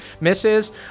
Misses